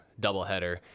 doubleheader